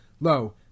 Lo